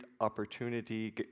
opportunity